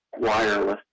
wireless